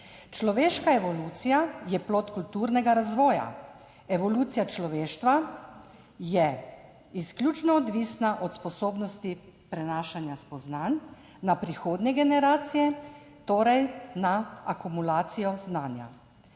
človeška evolucija je plod kulturnega razvoja. Evolucija človeštva je izključno odvisna od sposobnosti prenašanja spoznanj na prihodnje generacije, torej na akumulacijo znanja.